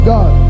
God